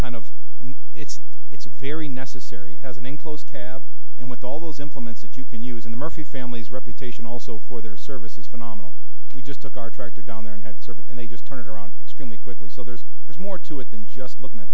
kind of it's it's very necessary has an enclosed cab and with all those implements that you can use in the murphy family's reputation also for their service is phenomenal we just took our tractor down there and had service and they just turn it around extremely quickly so there's there's more to it than just looking at